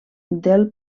del